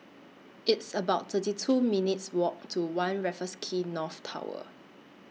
It's about thirty two minutes Walk to one Raffles Quay North Tower